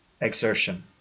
exertion